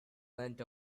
went